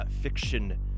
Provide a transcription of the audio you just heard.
Fiction